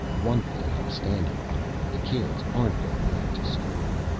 one thing i'm standing on the kids aren't going back to school.